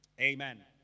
Amen